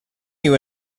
you